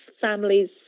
families